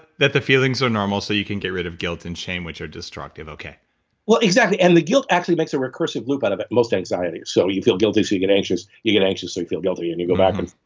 that the feelings are normal, so you get get rid of guilt and shame which are destructive? okay well, exactly. and the guilt actually makes a recursive loop out of most anxiety. so you feel guilty so you get anxious. you get anxious so you feel guilty. and you go back and,